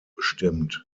bestimmt